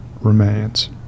remains